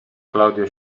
claudio